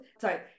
sorry